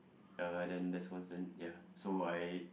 uh then that's once then ya so I